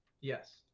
Yes